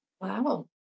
wow